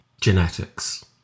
genetics